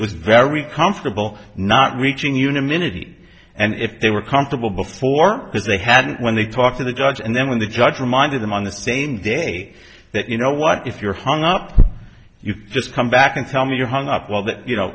was very comfortable not reaching unanimity and if they were comfortable before that they had when they talked to the judge and then when the judge reminded them on the same day that you know what if you're hung up you've just come back and tell me you're hung up well that you know